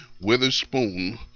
Witherspoon